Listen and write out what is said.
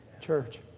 church